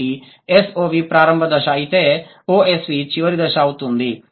కాబట్టి SOV ప్రారంభం దశ అయితే OSV చివరి దశ అవుతుంది